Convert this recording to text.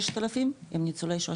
6,000 הם ניצולי שואה,